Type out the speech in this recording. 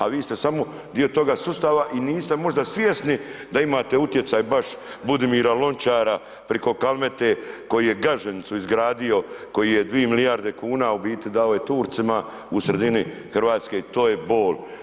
A vi ste samo dio toga sustava i niste možda svjesni da imate utjecaj baš Budimir Lončara, preko Kalmeta koji je Gaženicu izgradio, koji je 2 milijarde kuna, u biti dao je Turcima u sredini Hrvatske i to je bol.